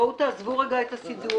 בואו, תעזבו רגע את הסידור.